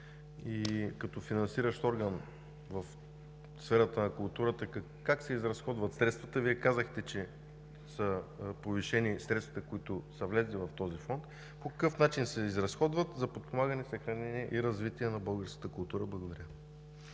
като финансиращ орган в сферата на културата как се изразходват средствата? Вие казахте, че средствата, които са влезли в този фонд, са увеличени – по какъв начин се изразходват за подпомагане, съхранение и развитие на българската култура? Благодаря